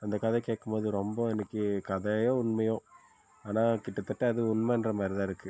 அந்த கதை கேட்கும்போது ரொம்ப எனக்கே கதையோ உண்மையோ ஆனால் கிட்டத்தட்டே அது உண்மை என்ற மாதிரி தான் இருக்குது